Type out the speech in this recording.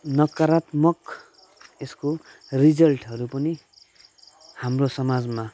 नकारात्मक यस्को रिजल्टहरू पनि हाम्रो समाजमा